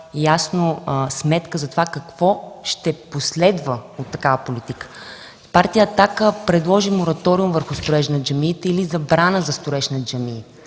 ясна сметка за това какво ще последва от такава политика. Партия „Атака” предложи мораториум върху строежа на джамиите или забрана за строеж на джамии,